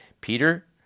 Peter